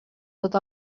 tot